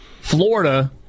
Florida